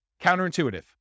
Counterintuitive